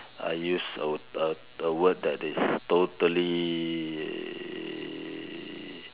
I use a a a word that is totally